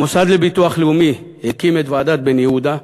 המוסד לביטוח לאומי הקים את ועדת בן-יהודה,